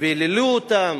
והיללו אותם